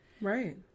Right